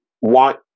want